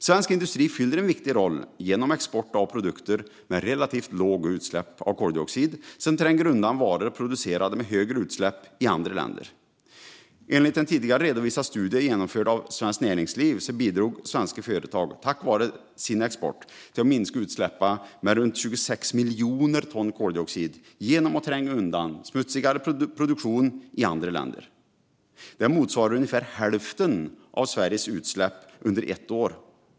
Svensk industri fyller en viktig funktion genom export av produkter med relativt låga utsläpp av koldioxid, som tränger undan varor producerade med högre utsläpp i andra länder. Enligt en tidigare redovisad studie genomförd av Svenskt Näringsliv bidrog svenska företag tack vare sin export till att minska utsläppen med 26 miljoner ton koldioxid genom att tränga undan smutsigare produktion i andra länder. Det motsvarar ungefär hälften av Sveriges utsläpp under ett år.